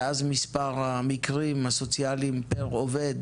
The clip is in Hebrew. ואז מספר המקרים הסוציאליים פר עובד